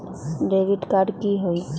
Debit card की होई?